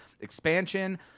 expansion